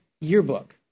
yearbook